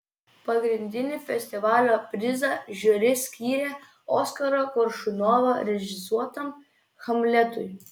pagrindinį festivalio prizą žiuri skyrė oskaro koršunovo režisuotam hamletui